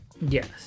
Yes